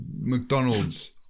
McDonald's